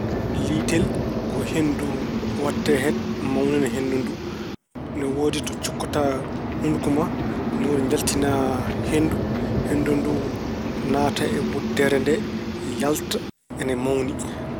Liitel ko henndu waɗtee hen, mawnina henndu ndu. Ne woodi to cukkataa hunuko ma ni woni njaltina henndu, henndu ndu naata e wuddere nde, yalta ina mawni.